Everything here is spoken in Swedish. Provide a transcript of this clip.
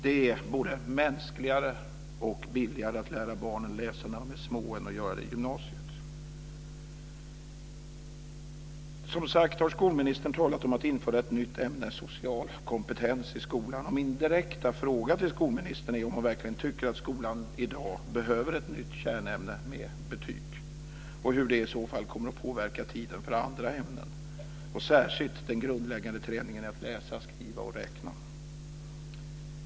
Det vore mänskligare och billigare att lära barnen läsa när de är små än när de går i gymnasiet. Skolministern har talat om att införa ett nytt ämne, social kompetens, i skolan. Min direkta fråga till skolministern är om hon verkligen tycker att skolan i dag behöver ett nytt kärnämne med betyg och hur det i så fall kommer att påverka tiden för andra ämnen, särskilt den grundläggande träningen i att läsa, skriva och räkna.